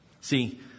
See